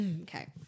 okay